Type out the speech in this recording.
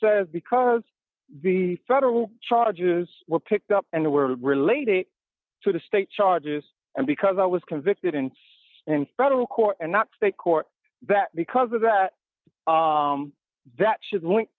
says because the federal charges were picked up and were relating to the state charges and because i was convicted in and federal court and not state court that because of that that should link